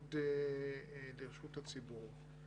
ולעמוד לרשות הציבור.